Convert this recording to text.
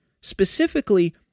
specifically